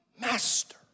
master